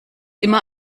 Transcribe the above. immer